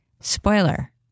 spoiler